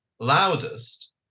loudest